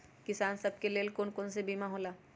किसान सब के लेल कौन कौन सा बीमा होला?